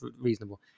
reasonable